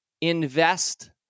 invest